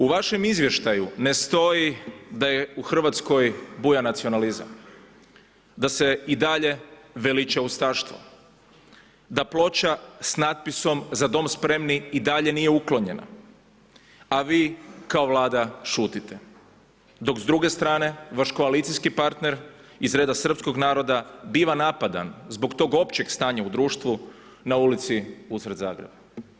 U vašem izvještaju ne stoji da je u Hrvatskoj buja nacionalizam, da se i dalje veliča ustaštvo, da ploča s natpisom za dom spremni i dalje nije uklonjena, a vi kao vlada šutite, dok s druge strane vaš koalicijski partner iz reda srpskog naroda biva napadan zbog tog općeg stanja u društvu na ulici usred Zagreba.